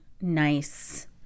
nice